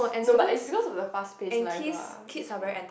no but it's because of the fast pace life ah it's really